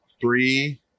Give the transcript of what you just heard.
three